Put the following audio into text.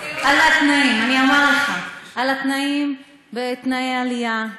על התנאים: תנאי עלייה,